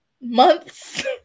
months